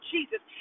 Jesus